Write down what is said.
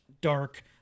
dark